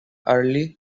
early